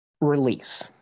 release